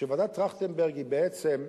שוועדת-טרכטנברג בעצם,